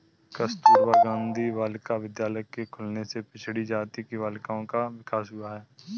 कस्तूरबा गाँधी बालिका विद्यालय के खुलने से पिछड़ी जाति की बालिकाओं का विकास हुआ है